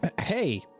Hey